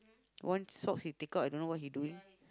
one socks he take out I don't know what he doing